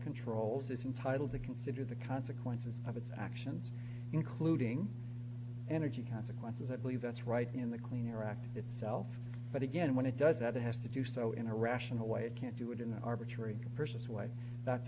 controls it's entitled to consider the consequences of its actions including energy consequences i believe that's right in the clean air act itself but again when it does that it has to do so in a rational way it can't do it in an arbitrary versus way that's